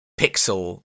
pixel